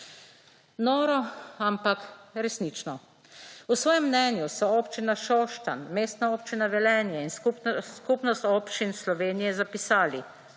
Noro, ampak resnično. V svojem mnenju so Občina Šoštanj, Mestna občina Velenje in Skupnost občin Slovenija zapisali